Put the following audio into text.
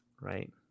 Right